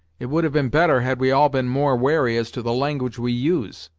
it would have been better had we all been more wary as to the language we use.